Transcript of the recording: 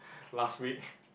last week